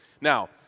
Now